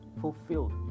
fulfilled